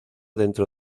dentro